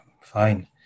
fine